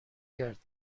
کرد